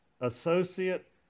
associate